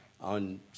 on